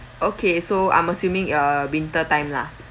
okay so I'm assuming uh winter time lah